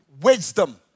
Wisdom